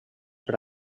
per